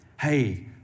Hey